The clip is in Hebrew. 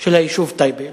של היישוב טייבה.